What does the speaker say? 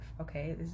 Okay